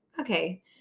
okay